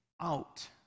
out